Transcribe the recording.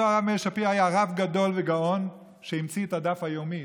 אותו הרב מאיר שפירא היה רב גדול וגאון שהמציא את הדף יומי,